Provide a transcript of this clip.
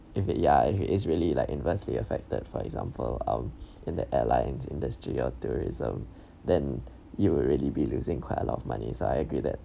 if it ya if it's really like inversely uh affected for example our in the airline industry or tourism then you would really be losing quite a lot of money so I agree that